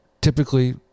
Typically